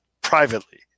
privately